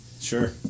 sure